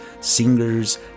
singers